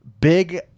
big